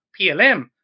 PLM